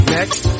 Next